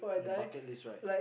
your bucket list right